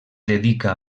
dedica